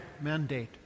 mandate